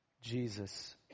Jesus